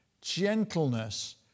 gentleness